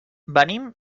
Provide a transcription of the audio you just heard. venim